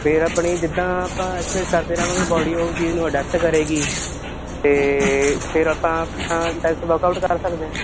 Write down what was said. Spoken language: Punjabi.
ਫਿਰ ਆਪਣੀ ਜਿੱਦਾਂ ਆਪਾਂ ਐਕਸਾਈਜ਼ ਕਰਦੇ ਰਹਾਂਗੇ ਬਾਡੀ ਉਹ ਚੀਜ਼ ਨੂੰ ਅਡੈਪਟ ਕਰੇਗੀ ਅਤੇ ਫਿਰ ਆਪਾਂ ਰੈਸਟ ਵਰਕਆਊਟ ਕਰ ਸਕਦੇ ਹਾਂ